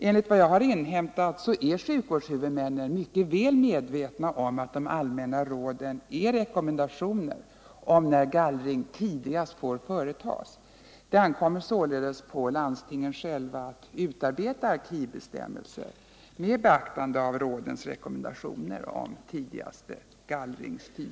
Enligt vad jag har inhämtat är sjukvårdens huvudmän mycket väl medvetna om att de allmänna råden är rekommendationer om när gallring tidigast får företas. Det ankommer således på landstingen själva att utarbeta gallringsbestämmelser med beaktande av rekommendationerna om tidigaste gallringstid.